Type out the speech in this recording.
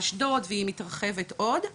אשדוד והיא מתרחבת עוד.